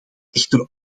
echter